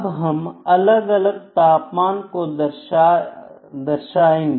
अब हम अलग अलग तापमान को दर्श आएंगे